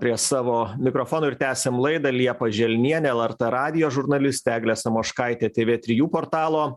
prie savo mikrofonų ir tęsiam laidą liepa želnienė lrt radijo žurnalistė eglė samoškaitė tv trijų portalo